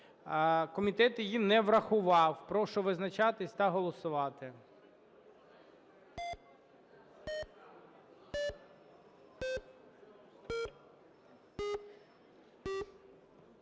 Комітет її не врахував. Прошу визначатись та голосувати.